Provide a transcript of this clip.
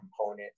component